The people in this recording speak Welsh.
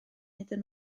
iddyn